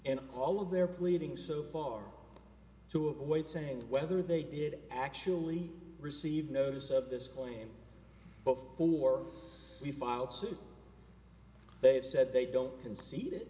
and all of their pleading so far to avoid saying whether they did actually receive notice of this claim before he filed suit they have said they don't concede it